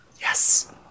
Yes